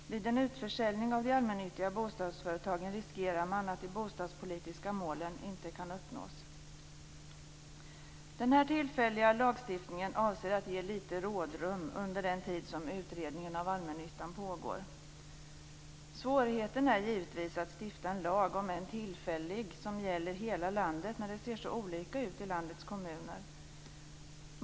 Vid en utförsäljning av de allmännyttiga bostadsföretagen riskerar man att de bostadspolitiska målen inte kan uppnås. Denna tillfälliga lagstiftning avser att ge lite rådrum under den tid som utredningen av allmännyttan pågår. Svårigheten är givetvis att stifta en lag, om än tillfällig, som gäller hela landet, när det ser så olika ut i landets kommuner.